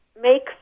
make